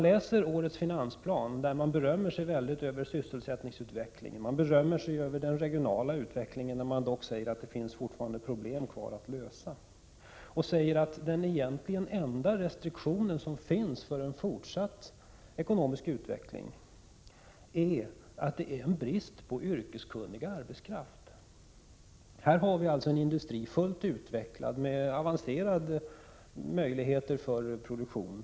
I årets finansplan berömmer sig regeringen mycket när det gäller sysselsättningsutvecklingen och den regionala utvecklingen, även om det sägs att det fortfarande finns problem kvar att lösa. Regeringen säger i finansplanen att den enda restriktion som finns för en fortsatt ekonomisk utveckling är bristen på yrkeskunnig arbetskraft. I detta fall är det fråga om en fullt utvecklad industri med avancerade möjligheter för produktion.